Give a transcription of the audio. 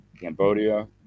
Cambodia